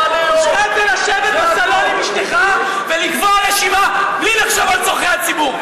לשבת בסלון עם אשתך ולקבוע רשימה בלי לחשוב על צורכי הציבור.